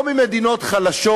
לא ממדינות חלשות.